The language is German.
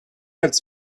als